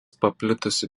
paplitusi